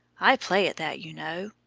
i play at that, you know.